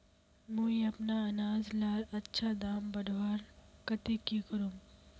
मुई अपना अनाज लार अच्छा दाम बढ़वार केते की करूम?